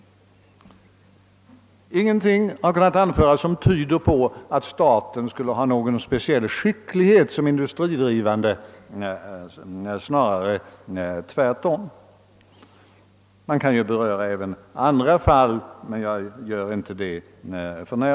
Ingenting har kunnat anföras som tyder på att staten skulle vara speciellt skicklig att driva industrier, snarare tvärtom. Man kan exemplifiera även med andra fall än detta, men jag skall inte göra det nu.